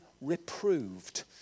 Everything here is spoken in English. reproved